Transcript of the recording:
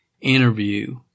interview